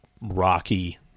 rocky